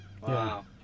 Wow